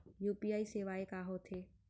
UPI सेवाएं का होथे